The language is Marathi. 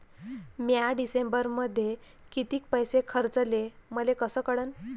म्या डिसेंबरमध्ये कितीक पैसे खर्चले मले कस कळन?